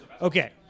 Okay